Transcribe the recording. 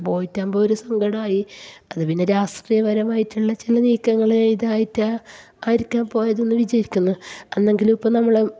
പോയിട്ടാവുമ്പോൾ ഒരു സങ്കടമായി അത് പിന്നെ രാഷ്ട്രീയപരമായിട്ടുള്ള ചില നീക്കങ്ങൾ ഇതായിട്ടായിരിക്കാം പോയതെന്ന് വിചാരിക്കുന്നു അന്ന് എങ്കിലും ഇപ്പം നമ്മൾ